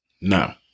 no